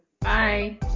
Bye